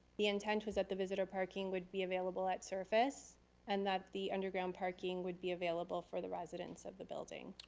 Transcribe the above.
the intention is that the visitor parking would be available at surface and that the underground parking would be available for the residents of the building.